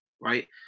right